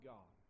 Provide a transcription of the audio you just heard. God